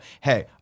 hey